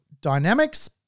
dynamics